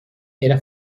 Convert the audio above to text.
era